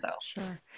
sure